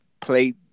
play